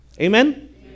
Amen